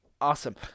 awesome